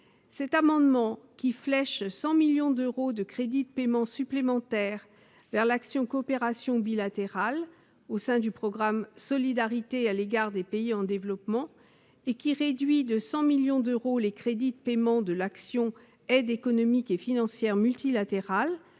amendement vise à flécher 100 millions d'euros de crédits de paiement supplémentaires vers l'action n° 02, Coopération bilatérale, au sein du programme « Solidarité à l'égard des pays en développement », et à réduire de 100 millions d'euros les crédits de paiement de l'action n° 01, Aide économique et financière multilatérale,